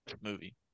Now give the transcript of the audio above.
movie